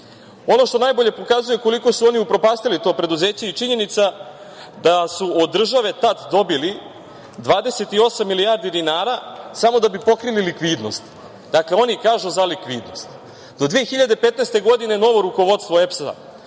što najbolje pokazuje koliko su oni upropastili to preduzeće je i činjenica da su od države tad dobili 28 milijardi dinara samo da bi pokrili likvidnost. Dakle, oni kažu za likvidnost. Do 2015. godine novo rukovodstvo EPS-a,